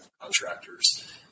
contractors